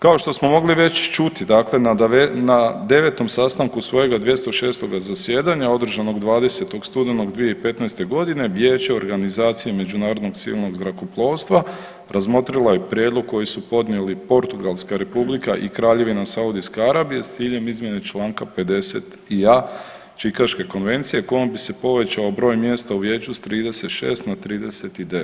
Kao što smo mogli već čuti, dakle na 9 sastanku svojega 206 zasjedanja održanog 20. studenog 2015. godine Vijeće Organizacije međunarodnog civilnog zrakoplovstva razmotrila je prijedlog koji su podnijeli Portugalska Republika i Kraljevina Saudijske Arabije s ciljem izmjene Članka 50.(a) Čikaške konvencije kojom bi se povećao broj mjesta u vijeću s 36 na 39.